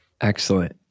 Excellent